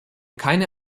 keine